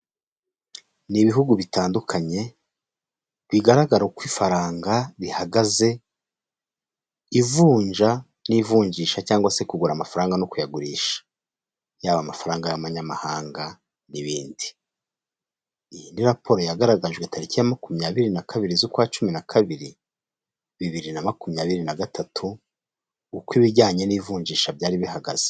Ni ibihugu bitandukanye bigaragara uko ifaranga rihagaze, ivunja n'ivunjisha cyangwa se kugura amafaranga no kuyagurisha yaba amafaranga y'amanyamahanga n'ibindi. Iyi ni raporo yagaragajwe tariki ya makumyabiri na kabiri ukwacu na kabiri bibiri na makumyabiri na gatatu ,uko ibijyanye n'ivunjisha byari bihagaze.